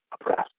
oppressed